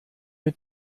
mit